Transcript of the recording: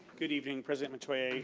good evening president metoyer,